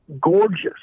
gorgeous